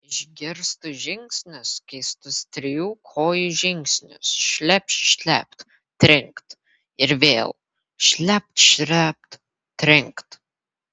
išgirstu žingsnius keistus trijų kojų žingsnius šlept šlept trinkt ir vėl šlept šlept trinkt